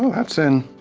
that's in,